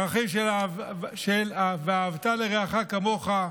ערכים של "ואהבת לרעך כמוך",